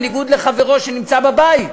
בניגוד לחברו שנמצא בבית,